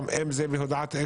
אם זה בסמ"ס,